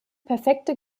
perfekte